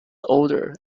older